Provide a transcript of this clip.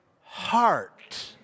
heart